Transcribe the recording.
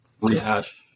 rehash